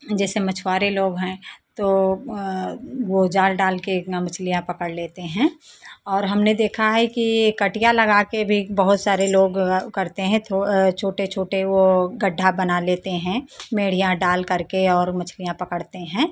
जैसे मछुआरे लोग हैं तो वो जाल डाल के इतना मछलियां पकड़ लेते हैं और हमने देखा है कि कटिया लगा के भी बहुत सारे लोग करते हैं थो छोटे छोटे वो गढ्ढा बना लेते हैं मेडियां डाल करके और मछलियां पकड़ते हैं